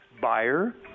buyer